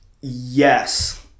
Yes